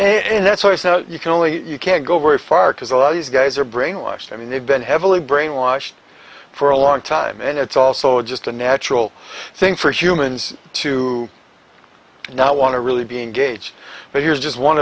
and that's why i said you can only you can't go very far because a lot of these guys are brainwashed i mean they've been heavily brainwashed for a long time and it's also just a natural thing for humans to now want to really be engaged but here's just one